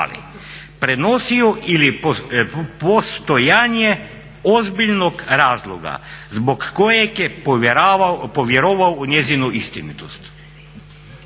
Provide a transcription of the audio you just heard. prenosio ili postojanje ozbiljnog razloga zbog kojeg je povjerovao u njezinu istinitost.